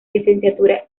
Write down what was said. licenciatura